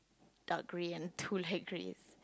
dark grey and two light greys